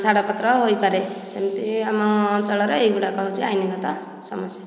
ଛାଡ଼ପତ୍ର ହୋଇପାରେ ସେମିତି ଆମ ଅଞ୍ଚଳରେ ଏ ଗୁଡ଼ାକ ହେଉଛି ଆଇନଗତ ସମସ୍ୟା